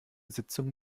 sitzung